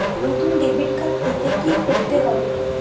নতুন debit card পেতে কী করতে হবে?